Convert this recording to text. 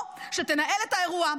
או שתנהל את האירוע,